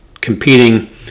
competing